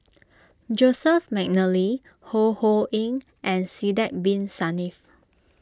Joseph McNally Ho Ho Ying and Sidek Bin Saniff